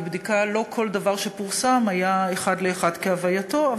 לא כל דבר שפורסם היה אחד לאחד כהווייתו.